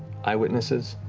eye witnesses,